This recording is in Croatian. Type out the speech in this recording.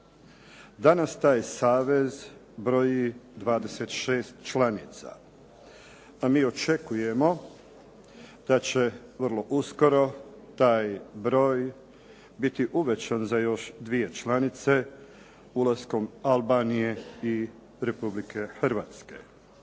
Danas taj savez broji 26 članica, a mi očekujemo da će vrlo uskoro taj broj biti uvećan za još dvije članice ulaskom Albanije i Republike Hrvatske.